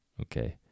Okay